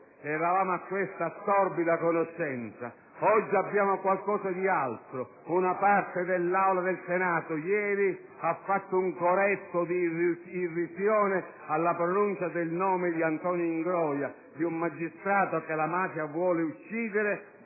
Eravamo a questa torbida conoscenza. Oggi abbiamo qualcosa di altro: una parte dell'Aula del Senato, ieri, ha fatto un coretto di irrisione alla pronuncia del nome di Antonio Ingroia, di un magistrato che la mafia vuole uccidere